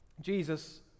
Jesus